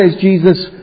Jesus